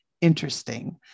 interesting